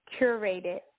curated